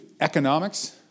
economics